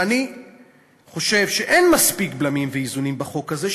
ואני חושב שאין מספיק בלמים ואיזונים בחוק הזה.